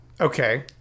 Okay